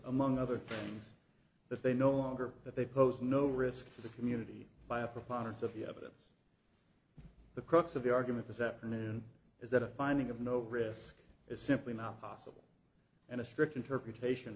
among other things that they no longer that they pose no risk to the community by a preponderance of the evidence the crux of the argument this afternoon is that a finding of no risk is simply not possible and a strict interpretation